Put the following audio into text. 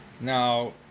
Now